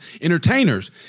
entertainers